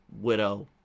Widow